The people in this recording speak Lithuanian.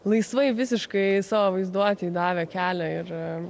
laisvai visiškai savo vaizduotėi davė kelią ir